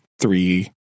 three